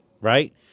Right